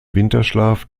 winterschlaf